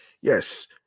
Yes